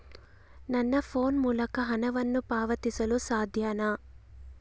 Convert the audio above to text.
ನನ್ನ ಫೋನ್ ಮೂಲಕ ಹಣವನ್ನು ಪಾವತಿಸಲು ಸಾಧ್ಯನಾ?